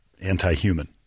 anti-human